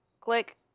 click